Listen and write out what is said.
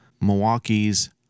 Milwaukee's